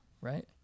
right